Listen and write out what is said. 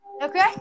Okay